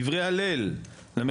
דברי הלל למחבלים,